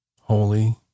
holy